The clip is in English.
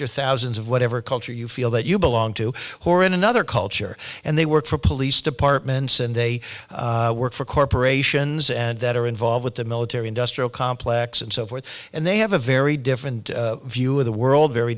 there are thousands of whatever culture you feel that you belong to who are in another culture and they work for police departments and they work for corporations and that are involved with the military industrial complex and so forth and they have a very different view of the world very